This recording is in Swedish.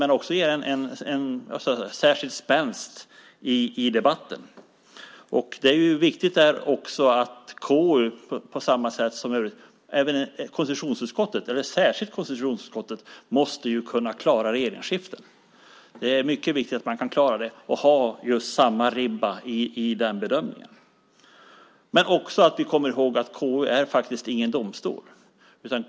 Det ger också en särskild spänst i debatten. Särskilt konstitutionsutskottet måste kunna klara regeringsskiften. Det är mycket viktigt att man klarar det och har samma nivå på ribban i bedömningarna. Vi ska också komma ihåg att KU inte är någon domstol.